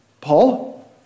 Paul